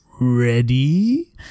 ready